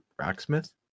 Rocksmith